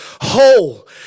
whole